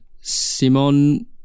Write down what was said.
Simon